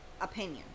opinion